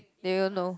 they won't know